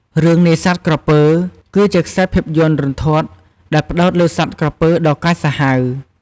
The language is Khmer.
រឿង នេសាទក្រពើ គឺជាខ្សែភាពយន្តរន្ធត់ដែលផ្ដោតលើសត្វក្រពើដ៏កាចសាហាវ។